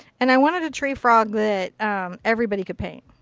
and i wanted a tree frog that everybody could paint.